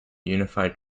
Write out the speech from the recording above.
unified